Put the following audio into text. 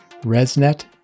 ResNet